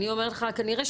אני אומרת לך כנראה,